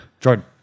Jordan